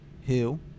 Hill